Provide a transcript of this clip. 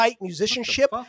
musicianship